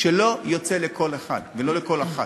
שלא עומדת לכל אחד ולא לכל אחת.